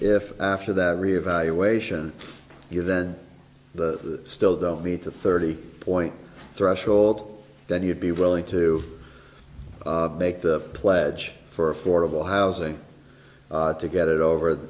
if after the revaluation you then the still don't need to thirty point threshold that you'd be willing to make the pledge for affordable housing to get it over